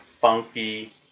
funky